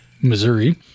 Missouri